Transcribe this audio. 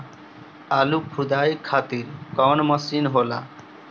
आलू खुदाई खातिर कवन मशीन होला?